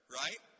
right